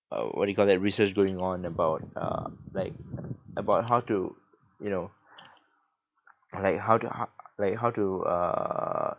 uh what do you call that research going on about uh like about how to you know like how to h~ like how to err